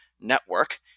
network